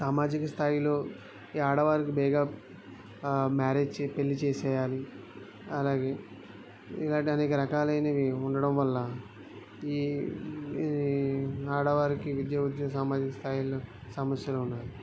సామాజిక స్థాయిలో ఈ ఆడవారికి బేగా మ్యారేజ్ చే పెళ్ళి చేసేయాలి అలాగే ఇలాంటి అనేక రకాలైనవి ఉండడం వల్ల ఈ ఈ ఆడవారికి విద్య ఉద్యోగ సామాజిక స్థాయిలో సమస్యలు ఉన్నాయి